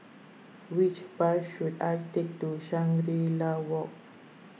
which bus should I take to Shangri La Walk